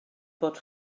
bod